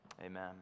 amen